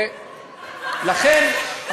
לכן,